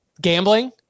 Gambling